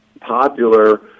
popular